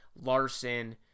Larson